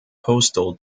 postal